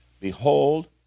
Behold